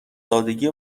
سادگی